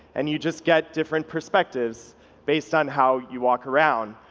and you just get different perspectives based on how you walk around.